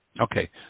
Okay